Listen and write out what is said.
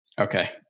Okay